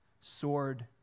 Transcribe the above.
sword